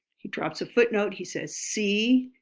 he drops a footnote, he says see,